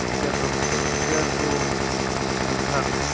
ᱵᱤᱪᱟᱹᱨ ᱫᱚᱦᱚ ᱠᱟᱛᱮᱫ ᱵᱤᱪᱟᱹᱨ ᱫᱚ ᱢᱮᱱᱠᱷᱟᱱ